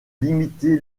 limiter